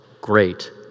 great